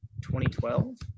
2012